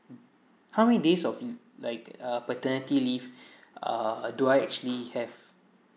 how many days of like uh paternity leave err do I actually have